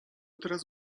teraz